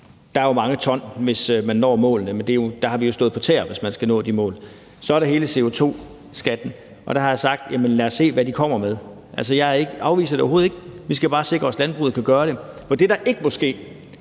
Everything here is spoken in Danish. Der er jo mange ton, hvis man når målene. Men der har man jo stået på tæer, hvis man skal nå de mål. Så er der hele CO2-skatten, og der har jeg sagt: Lad os se, hvad de kommer med. Jeg afviser det overhovedet ikke. Vi skal bare sikre os, at landbruget kan gøre det. For det, der ikke må ske,